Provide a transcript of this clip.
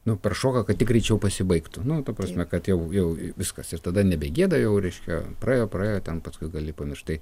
nu prašoka kad tik greičiau pasibaigtų nu ta prasme kad jau jau viskas ir tada nebegėda jau reiškia praėjo praėjo ten paskui gali pamiršt tai